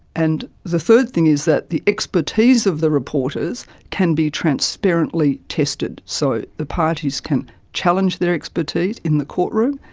and the third thing is that the expertise of the reporters can be transparently tested. so the parties can challenge their expertise in the courtroom,